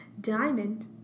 Diamond